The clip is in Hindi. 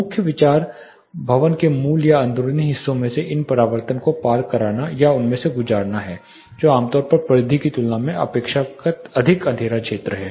मुख्य विचार भवन के मूल या अंदरूनी हिस्सों में इन परावर्तन को पार करना या उनमें से गुजारना है जो आमतौर पर परिधि की तुलना में अपेक्षाकृत अधिक अंधेरा क्षेत्र है